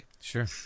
Sure